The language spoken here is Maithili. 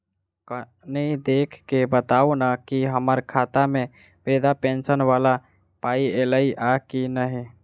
कनि देख कऽ बताऊ न की हम्मर खाता मे वृद्धा पेंशन वला पाई ऐलई आ की नहि?